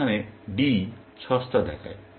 এখানে D সস্তা দেখায়